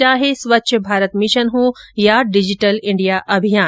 चाहे स्वच्छ भारत मिशन हो या डिजिटल इंडिया अभियान